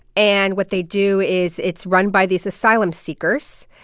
and what they do is it's run by these asylum-seekers,